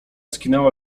skinęła